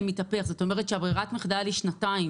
מתהפך, זאת אומרת שברירת המחדל היא שנתיים,